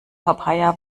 papaya